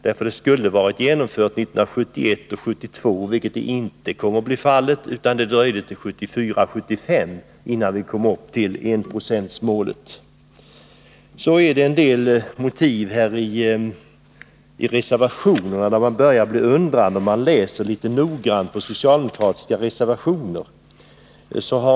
Det skulle ha varit genomfört 1971 75, innan vi uppnådde enprocentsmålet. Inför en del av motiven i reservationerna ställer man sig litet undrande när man noggrant läser de socialdemokratiska reservationerna.